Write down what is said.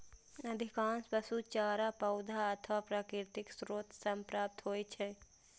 अधिकांश पशु चारा पौधा अथवा प्राकृतिक स्रोत सं प्राप्त होइ छै